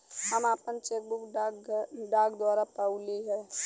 हम आपन cheque book डाक द्वारा पउली है